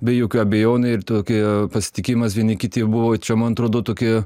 be jokių abejonė ir tokie pasitikėjimas vieni kiti buvo čia man atrodo tokie